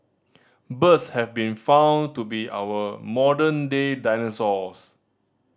birds have been found to be our modern day dinosaurs